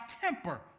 temper